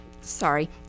sorry